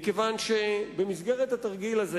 מכיוון שבמסגרת התרגיל הזה,